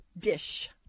Dish